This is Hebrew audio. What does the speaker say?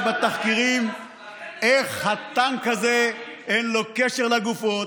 בתחקירים איך לטנק הזה אין קשר לגופות,